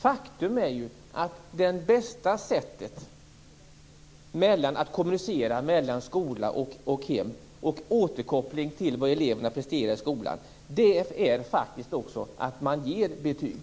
Faktum är att det bästa sättet att kommunicera mellan skola och hem, en återkoppling till vad eleverna presterar i skolan, är att ge betyg.